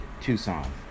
Tucson